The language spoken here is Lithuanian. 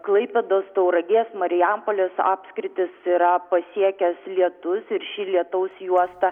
klaipėdos tauragės marijampolės apskritis yra pasiekęs lietus ir ši lietaus juosta